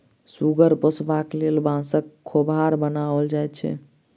सुगर पोसबाक लेल बाँसक खोभार बनाओल जाइत छै